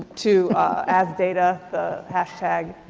to as data hashtag.